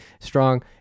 strong